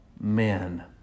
men